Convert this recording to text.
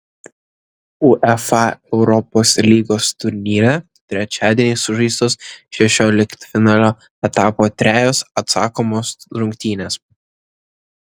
uefa europos lygos turnyre trečiadienį sužaistos šešioliktfinalio etapo trejos atsakomos rungtynės